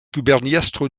guberniestro